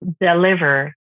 deliver